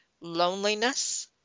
loneliness